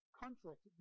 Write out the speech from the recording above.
conflict